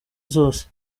zose